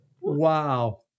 Wow